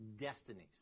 destinies